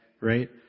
right